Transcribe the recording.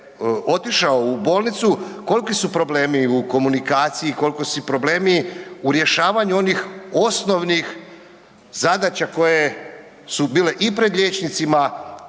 otišao u bolnicu, koliki su problemi u komunikaciji, koliki su problemi u rješavanju onih osnovnih zadaća koje su bile i pred liječnicima,